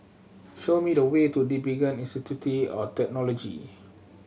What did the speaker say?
show me the way to DigiPen Institute of Technology